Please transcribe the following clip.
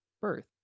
birth